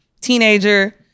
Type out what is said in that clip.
teenager